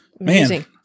Amazing